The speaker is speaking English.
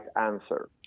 answer